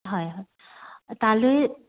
হয় হয় তালৈ